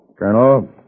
Colonel